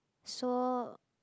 saw